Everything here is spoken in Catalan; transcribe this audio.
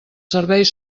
serveis